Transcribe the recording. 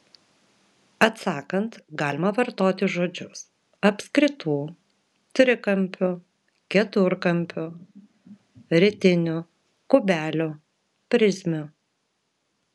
atsakant galima vartoti žodžius apskritų trikampių keturkampių ritinių kubelių prizmių